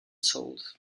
sold